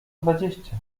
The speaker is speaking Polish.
dwadzieścia